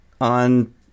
on